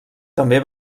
també